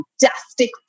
fantastic